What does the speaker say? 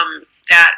stat